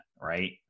right